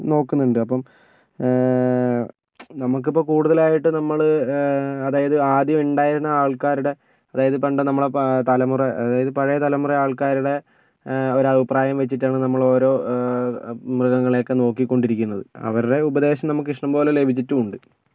നോക്കുന്നുണ്ട് അപ്പം നമ്മൾക്കിപ്പം കൂടുതലായിട്ട് നമ്മൾ അതായത് ആദ്യം ഉണ്ടായിരുന്ന ആൾക്കാരുടെ അതായത് പണ്ട് നമ്മുടെ തലമുറ പഴയ തലമുറ ആൾക്കാരുടെ ഒരഭിപ്രായം വെച്ചിട്ടാണ് നമ്മൾ ഓരോ മൃഗങ്ങളെയൊക്കെ നോക്കിക്കൊണ്ടിരിക്കുന്നത് അവരുടെ ഉപദേശം നമ്മൾക്കിഷ്ടം പോലെ ലഭിച്ചിട്ടുണ്ട്